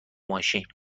ماشین